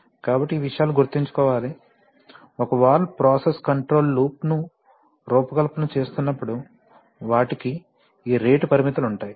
కాబట్టి ఈ విషయాలను గుర్తుంచుకోవాలి ఒక వాల్వ్ ప్రాసెస్ కంట్రోల్ లూప్ ను రూపకల్పన చేస్తున్నప్పుడు వాటికి ఈ రేటు పరిమితులు ఉంటాయి